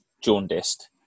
jaundiced